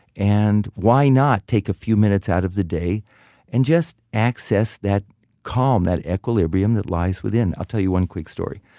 and why not take a few minutes out of the day and just access that calm, that equilibrium that lies within i'll tell you one quick story.